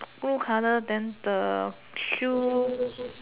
gold colour then the shoe